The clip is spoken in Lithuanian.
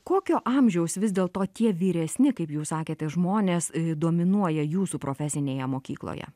kokio amžiaus vis dėl to tie vyresni kaip jūs sakėte žmonės dominuoja jūsų profesinėje mokykloje